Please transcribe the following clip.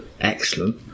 Excellent